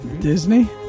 Disney